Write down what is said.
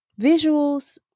visuals